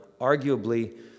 arguably